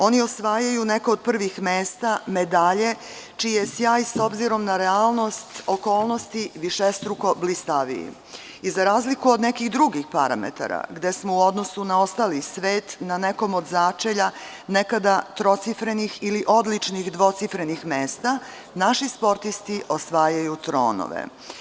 Oni osvajaju neko od prvih mesta, medalje, čiji je sjaj obzirom na realnost, okolnosti višestruko blistaviji i za razliku od nekih drugih parametara gde smo u odnosu na ostali svet na nekom od začelja nekada trocifrenih odličnih dvocifrenih mesta, naši sportisti osvajaju tronove.